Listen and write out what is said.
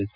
F